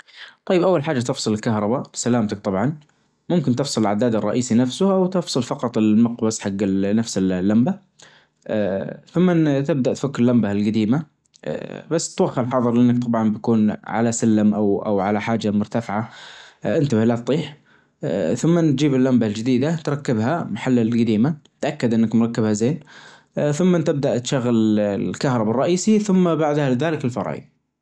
أول حاچة تغسل الفواكه تختار الفواكه اللى تحب-اللى تحبها تغسلها چيدا بالماء ثم أنك تنشفها، تختار طبج مناسب أو صحن مناسب،، تجطع الفواكه كل واحدة لحالها ثمن تچمعهن كلهن في طبج واحد، إذا بغيت تحط مثلا عصير أو بعد الحليب أو اللبن أو شي، ممكن تحط معاهم زبادي، الزبادى ي-يضفى لمسة الصراحة أنيقة چدا چدا لسلطة الفواكه.